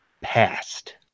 past